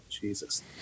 Jesus